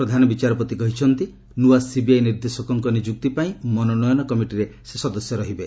ପ୍ରଧାନ ବିଚାରପତି କହିଛନ୍ତି ନୂଆ ସିବିଆଇ ନିର୍ଦ୍ଦେଶକଙ୍କ ନିଯୁକ୍ତି ପାଇଁ ମନୋନୟନ କମିଟିରେ ସେ ସଦସ୍ୟ ରହିବେ